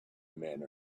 men